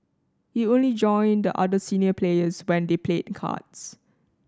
he only join the other senior players when they played cards